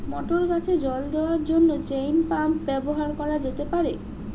মটর গাছে জল দেওয়ার জন্য চেইন পাম্প ব্যবহার করা যেতে পার?